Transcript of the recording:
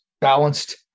balanced